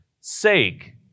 sake